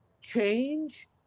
change